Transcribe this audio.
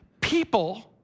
people